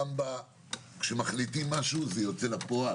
וכאשר מחליטים משהו - זה יוצא לפועל.